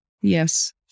Yes